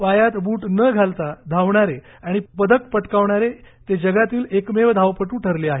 पायात बुट न घालता धावणारे आणि पदक पटकावणारे ते जगातील एकमेव धावपटू ठरले आहेत